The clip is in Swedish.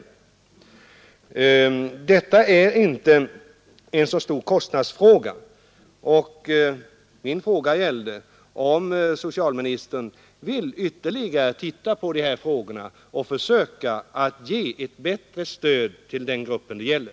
Vad jag i min interpellation aktualiserat är inte en så stor kostnadsfråga, och vad jag undrade var om inte socialministern ytterligare vill undersöka dessa spörsmål och försöka att ge ett bättre stöd till den grupp det här gäller.